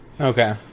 Okay